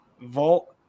vault